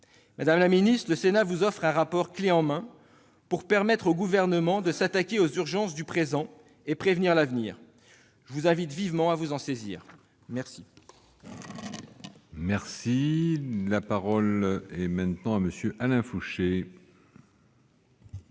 Madame la ministre, le Sénat vous fournit un rapport clé en main. Il doit permettre au Gouvernement de s'attaquer aux urgences du présent et de prévenir l'avenir. Je vous invite vivement à vous en saisir. La parole est à M. Alain Fouché.